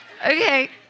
Okay